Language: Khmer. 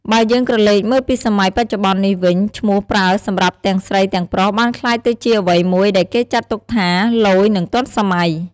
បើយើង ក្រឡេកមើលពីសម័យបច្ចុបន្ននេះវិញ ឈ្មោះប្រើសម្រាប់ទាំងស្រីទាំងប្រុសបានក្លាយទៅជាអ្វីមួយដែលគេចាត់ទុកថា ឡូយ និងទាន់សម័យ។